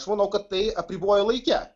aš manau kad tai apriboja laike